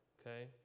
okay